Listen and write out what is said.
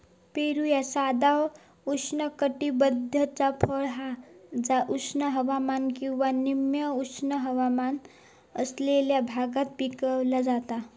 पेरू ह्या साधा उष्णकटिबद्धाचा फळ हा जा उष्ण हवामान किंवा निम उष्ण हवामान असलेल्या भागात पिकवला जाता